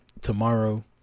tomorrow